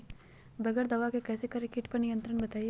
बगैर दवा के कैसे करें कीट पर नियंत्रण बताइए?